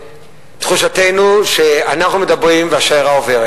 תחושתנו שאנחנו מדברים והשיירה עוברת.